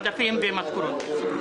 עודפים ומשכורות.